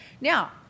Now